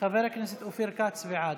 חבר הכנסת אופיר כץ, בעד.